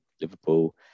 Liverpool